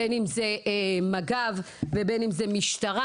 מג"ב ומשטרה.